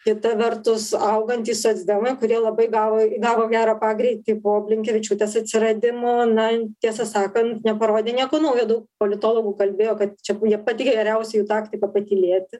kita vertus augantys socdemai kurie labai gavo įgavo gerą pagreitį po blinkevičiūtės atsiradimo na tiesą sakant neparodė nieko naujo daug politologų kalbėjo kad čia pati geriausia jų taktika patylėti